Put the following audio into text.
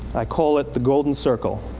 i call it the golden circle.